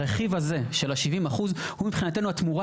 הרכיב הזה של ה-70% הוא מבחינתנו תמורה